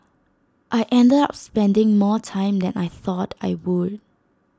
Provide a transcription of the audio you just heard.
I ended up spending more time than I thought I would